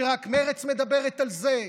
שרק מרצ מדברת על זה?